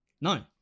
no